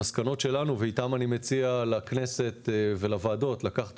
המסקנות שלנו ואיתם אני מציע לכנסת ולוועדות לקחת